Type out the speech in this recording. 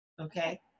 okay